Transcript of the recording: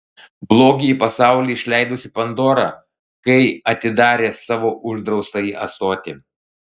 blogį į pasaulį išleidusi pandora kai atidarė savo uždraustąjį ąsotį